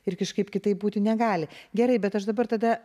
ir kažkaip kitaip būti negali gerai bet aš dabar tada